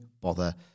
bother